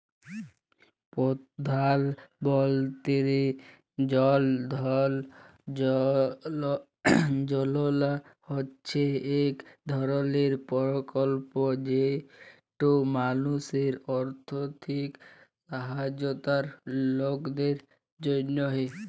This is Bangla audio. পধাল মলতিরি জল ধল যজলা হছে ইক ধরলের পরকল্প যেট মালুসের আথ্থিক সহায়তার লকদের জ্যনহে